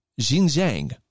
Xinjiang